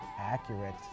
accurate